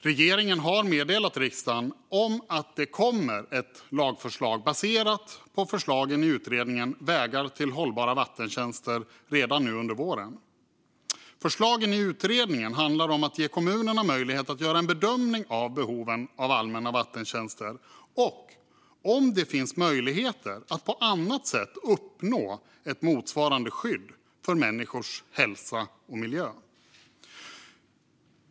Regeringen har meddelat riksdagen att det kommer ett lagförslag baserat på förslagen i utredningen Vägar till hållbara vattentjänster redan nu under våren. Förslagen i utredningen handlar om att ge kommunerna möjlighet att göra en bedömning av behoven av allmänna vattentjänster och om det finns möjligheter att på annat sätt uppnå ett motsvarande skydd för människors hälsa och miljö.